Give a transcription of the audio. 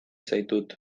zaitut